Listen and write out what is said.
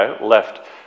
left